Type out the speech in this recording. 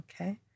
okay